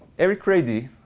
erick reidy,